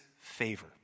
favor